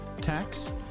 tax